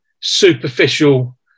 superficial